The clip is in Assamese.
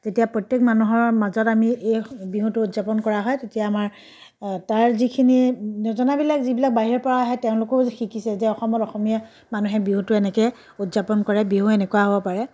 তেতিয়া প্ৰত্যেক মানুহৰ মাজত আমি এই বিহুটো উদযাপন কৰা হয় তেতিয়া আমাৰ তাৰ যিখিনি নজনাবিলাক যিবিলাক বাহিৰৰ পৰা আহে তেওঁলোকেও শিকিছে যে অসমত অসমীয়া মানুহে বিহুটো এনেকৈ উদযাপন কৰে বিহু এনেকুৱা হ'ব পাৰে